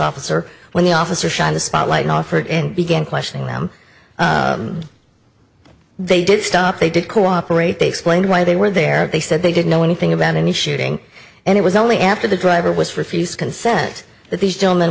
officer when the officer shine the spotlight off for it and began questioning them they did stop they did cooperate they explained why they were there they said they didn't know anything about any shooting and it was only after the driver was refused consent that these gentlemen